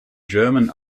german